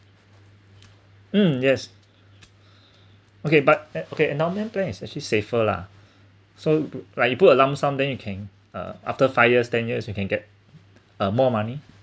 mm yes okay but okay endowment plan is actually safer lah so like you put a lump sum then you can uh after five years ten years you can get uh more money